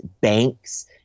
banks